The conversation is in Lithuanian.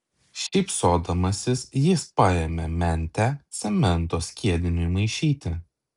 šypsodamasis jis paėmė mentę cemento skiediniui maišyti